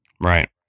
Right